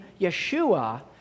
Yeshua